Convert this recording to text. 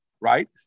right